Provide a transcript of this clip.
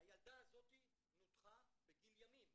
הילדה הזאת נותחה בגיל ימים.